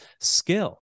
skill